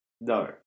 No